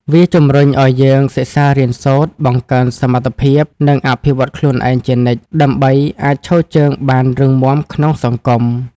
វាជំរុញឲ្យយើងសិក្សារៀនសូត្រ បង្កើនសមត្ថភាព និងអភិវឌ្ឍខ្លួនឯងជានិច្ច ដើម្បីអាចឈរជើងបានរឹងមាំក្នុងសង្គម។